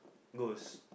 ghost